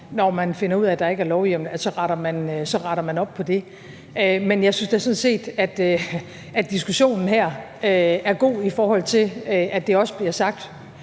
når man finder ud af, at der ikke er lovhjemmel, at rette op på det. Men jeg synes da sådan set, at diskussionen her er god, i forhold til at det også bliver sagt,